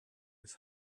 his